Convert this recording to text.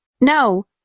No